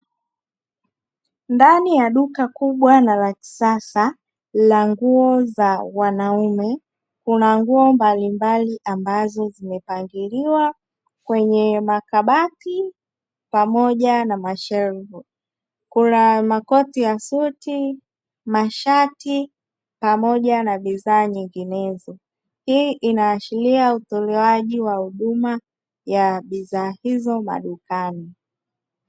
Ndani ya duka kubwa na la kisasa la nguo za wanaume, kuna nguo mbalimbali ambazo zimepangiliwa kwenye makaba pamoja na mashelfu. Kuna makoti ya suti, mashati pamoja na bidhaa nyinginezo. Hii inaashiria utolewaji wa huduma wa bidhaa hizo madukani.